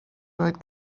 dweud